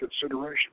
consideration